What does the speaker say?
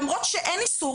למרות שאין איסור.